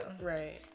right